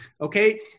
Okay